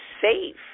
safe